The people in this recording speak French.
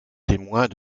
témoins